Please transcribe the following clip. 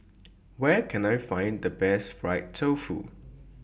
Where Can I Find The Best Fried Tofu